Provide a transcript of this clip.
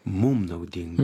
mum naudinga